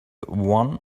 one